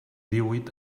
díhuit